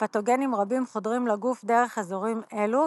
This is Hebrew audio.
ופתוגנים רבים חודרים לגוף דרך אזורים אלו,